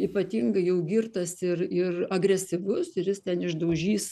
ypatingai jau girtas ir ir agresyvus ir jis ten išdaužys